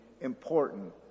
important